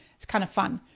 it's kind of fun.